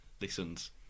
listens